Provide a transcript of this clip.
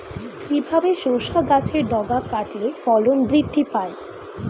কিভাবে শসা গাছের ডগা কাটলে ফলন বৃদ্ধি পায়?